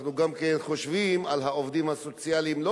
אנחנו גם חושבים על העובדים הסוציאליים לא